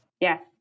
Yes